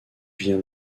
vient